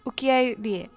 উকিয়াই দিয়ে